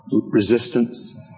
resistance